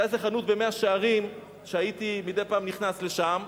היתה איזו חנות במאה-שערים שהייתי מדי פעם נכנס לשם,